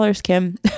kim